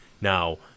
Now